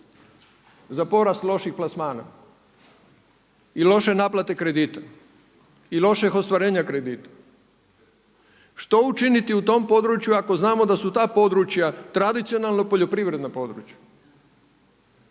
za porast loših plasmana i loše naplate kredita i loših ostvarenja kredita. Što učiniti u tom području ako znamo da su ta područja tradicionalno poljoprivredna područja?